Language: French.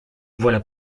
voilà